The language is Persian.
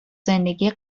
زندگی